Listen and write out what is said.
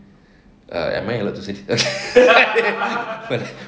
uh am I allowed to say